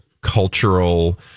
cultural